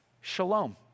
Shalom